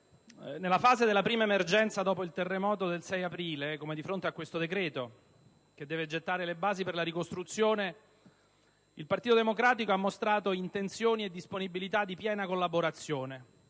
nella fase della prima emergenza dopo il terremoto del 6 aprile, come di fronte a questo decreto che deve gettare le basi per la ricostruzione, il Partito Democratico ha mostrato intenzioni e disponibilità di piena collaborazione,